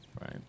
Right